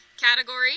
category